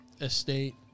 estate